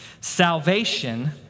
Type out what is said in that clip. Salvation